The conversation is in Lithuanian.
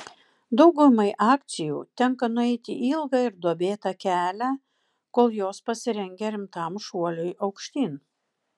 daugumai akcijų tenka nueiti ilgą ir duobėtą kelią kol jos pasirengia rimtam šuoliui aukštyn